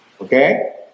Okay